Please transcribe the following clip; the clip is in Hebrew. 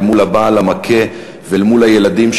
אל מול הבעל המכה ואל מול הילדים,